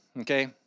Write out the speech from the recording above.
okay